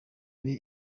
ari